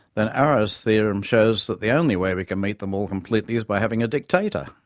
then arrow's theorem shows that the only way we can meet them all completely is by having a dictator!